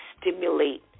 stimulate